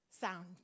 sound